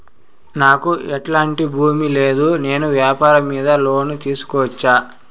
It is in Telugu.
నాకు ఎట్లాంటి భూమి లేదు నేను వ్యాపారం మీద లోను తీసుకోవచ్చా?